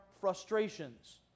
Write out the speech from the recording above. frustrations